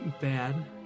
bad